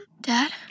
Dad